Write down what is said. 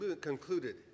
concluded